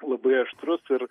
labai aštrus ir